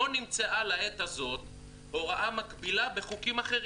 לא נמצאה לעת הזאת הוראה מקבילה בחוקים אחרים".